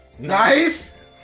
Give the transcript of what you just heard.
Nice